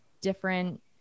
different